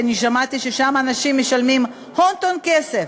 ואני שמעתי ששם אנשים משלמים הון-טון כסף.